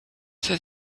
for